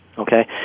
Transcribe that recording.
Okay